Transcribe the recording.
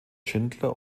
schindler